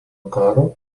karo